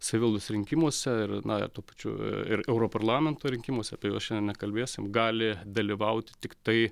savivaldos rinkimuose ir na ir tuo pačiu ir euro parlamento rinkimuose apie juos šiandien nekalbėsim gali dalyvauti tiktai